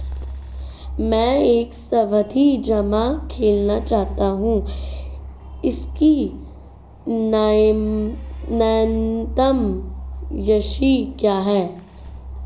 मैं एक सावधि जमा खोलना चाहता हूं इसकी न्यूनतम राशि क्या है?